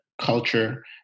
culture